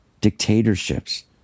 Dictatorships